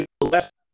left